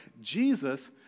Jesus